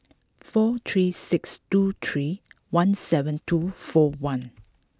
four three six two three one seven two four one